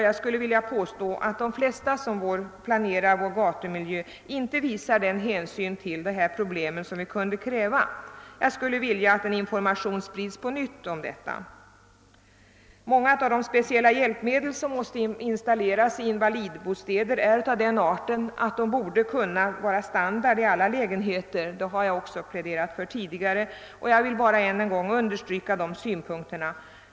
Jag skulle vilja påstå att de flesta som planerar vår gatumiljö inte visar den hänsyn till dessa problem som kunde krävas. Det är min önskan att information på nytt sprids härom. Många av de speciella hjälpmedel som måste installeras i invalidbostäder är av den arten att de borde kunna vara standard i alla lägenheter, vilket jag också pläderat för tidigare, och jag vill nu bara än en gång understryka mina synpunkter.